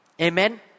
Amen